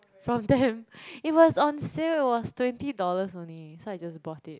from Tempt it was on sale it was twenty dollars only so I just bought it